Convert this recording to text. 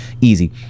easy